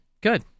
Good